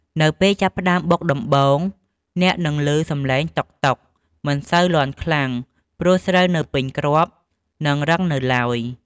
នៅពេលចាប់ផ្ដើមបុកដំបូង អ្នកនឹងឮសំឡេង 'តុកៗ' មិនសូវលាន់ខ្លាំង ព្រោះស្រូវនៅពេញគ្រាប់ និងរឹងនៅឡើយ។